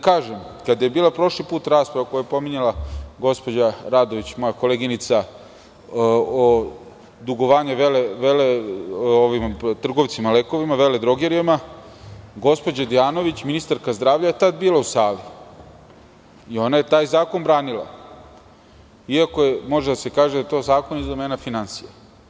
Kada je prošli put bila rasprava koju je pominjala gospođa Radović, moja koleginica, o dugovanju trgovcima lekovima, veledrogerijama, gospođa Dejanović, ministarka zdravlja je tad bila u sali i ona je taj zakon branila, iako može da se kaže da je to zakon iz domena finansija.